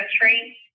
country